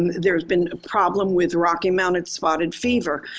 there has been a problem with rocky mountain spotted fever.